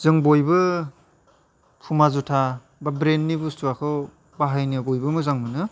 जों बयबो पुमा जुथा बा ब्रेन्डनि बुस्थुआखौ बाहायनो बयबो मोजां मोनो